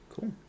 Cool